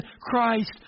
Christ